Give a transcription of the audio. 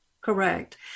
Correct